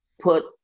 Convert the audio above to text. put